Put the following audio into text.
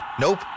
Nope